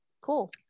Cool